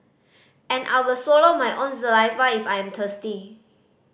and I will swallow my own saliva if I am thirsty